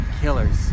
Killers